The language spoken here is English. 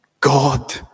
God